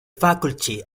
faculty